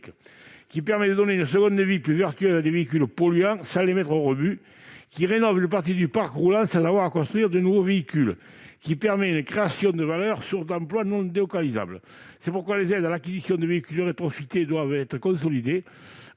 elle permet de donner une seconde vie plus vertueuse à des véhicules polluants sans les mettre au rebut ; elle rénove une partie du parc roulant sans avoir à construire de nouveaux véhicules ; elle permet une création de valeur, source d'emplois non délocalisables. C'est pourquoi les aides à l'acquisition de véhicules rétrofités doivent être consolidées.